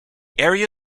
area